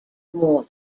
more